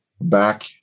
back